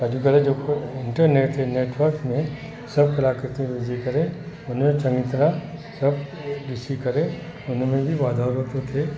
अॼुकल्ह जेको इंटरनेट ते नेटवर्क में सभु कलाकृति विझी करे हुन खे चङी तरह सभ ॾिसी करे हुन में बि वाधारो थो थिए